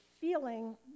feeling